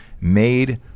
made